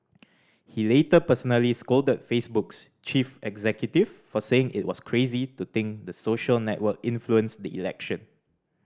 he later personally scolded Facebook's chief executive for saying it was crazy to think the social network influenced the election